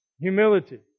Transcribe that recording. humility